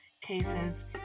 cases